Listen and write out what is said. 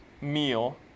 meal